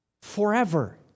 forever